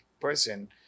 person